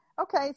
Okay